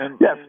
Yes